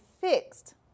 fixed